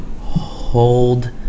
Hold